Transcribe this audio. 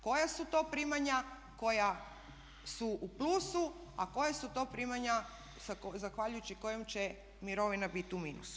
Koja su to primanja koja su u plusu, a koja su to primanja zahvaljujući kojim će mirovina biti u minusu?